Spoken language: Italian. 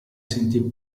sentì